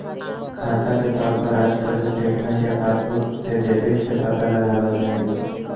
खाता के तौर पर आजकल स्टेटमेन्ट या पासबुक से डेबिट के पता लगावल जा हई